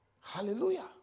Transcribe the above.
Hallelujah